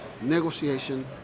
negotiation